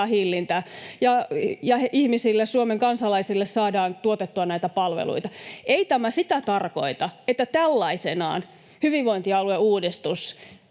ja ihmisille, Suomen kansalaisille, tuotettua näitä palveluita. Ei tämä sitä tarkoita, että tällaisenaan hyvinvointialueuudistus